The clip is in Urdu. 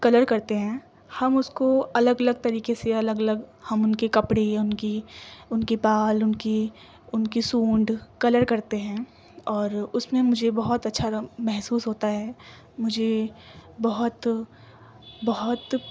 کلر کرتے ہیں ہم اس کو الگ الگ طریقے سے الگ الگ ہم ان کے کپڑے ان کی ان کے بال ان کی ان کی سونڈ کلر کرتے ہیں اور اس میں مجھے بہت اچھا محسوس ہوتا ہے مجھے بہت بہت